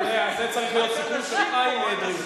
זה צריך להיות סיכום שלך עם אדרי.